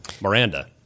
Miranda